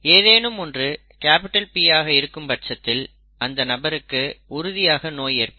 ஏதேனும் ஒன்று P ஆக இருக்கும் பட்சத்தில் அந்த நபருக்கு உறுதியாக நோய் ஏற்படும்